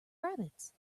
rabbits